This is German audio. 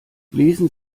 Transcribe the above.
lesen